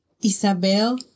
Isabel